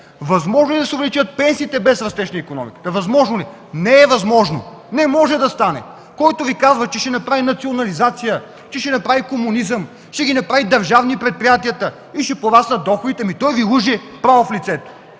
Възможно ли е да се увеличат пенсиите без растеж на икономиката? Възможно ли е? Не е възможно! Не може да стане! Който Ви казва, че ще направи национализация, че ще направи комунизъм, че ще ги направи предприятията държавни и ще пораснат доходите, ами той Ви лъже право в лицето!